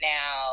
Now